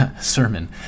sermon